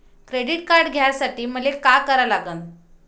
Credit card घ्यासाठी मले का करा लागन?